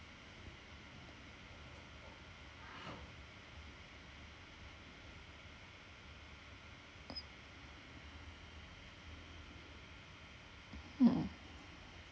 mm